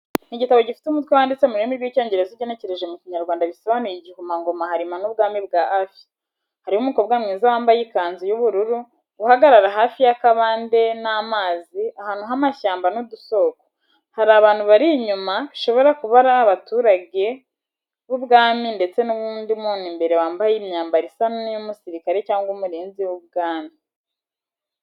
Ni igitabo gifite umutwe wanditse mu rurimi rw'Icyongereza ugenekereje mu Kinyarwanda bisobanuye igikomangoma Halima n'Ubwami bwa Affia. Hariho umukobwa mwiza wambaye ikanzu y’ubururu, uhagarara hafi y’akabande n’amazi ahantu h’amashyamba n’udusoko. Hari abantu bari inyuma bishobora kuba abaturage b’ubwami ndetse n’undi muntu imbere wambaye imyambaro isa n’iy’umusirikare cyangwa umurinzi w’ubwami.